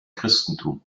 christentum